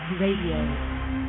Radio